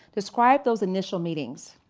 describe those initial meetings.